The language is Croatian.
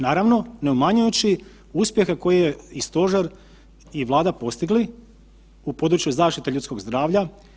Naravno, ne umanjujući uspjehe koji je i stožer i Vlada postigli u području ljudskog zdravlja.